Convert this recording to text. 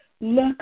Look